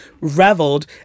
reveled